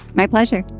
my pleasure.